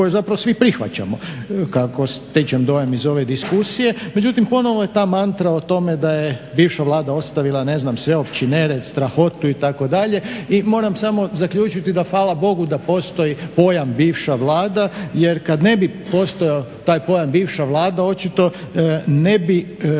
koji zapravo svi prihvaćamo kako stječem dojam iz ove diskusije. Međutim, ponovno je ta mantra o tome da je bivša vlada ostavila ne znam sveopći nered, strahotu itd. i moram samo zaključiti da fala Bogu postoji pojam bivša vlada jer kada ne bi postojao taj pojam bivša vlada očito ne bi postojao